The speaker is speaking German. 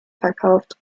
verkauft